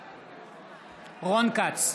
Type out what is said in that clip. בעד רון כץ,